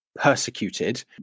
persecuted